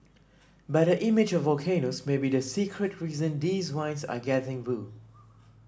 but the image of volcanoes may be the secret reason these wines are getting bu